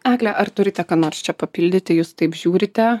egle ar turite ką nors čia papildyti jūs taip žiūrite